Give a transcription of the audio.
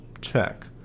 check